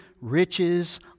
riches